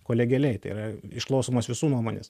kolegialiai tai yra išklausomos visų nuomonės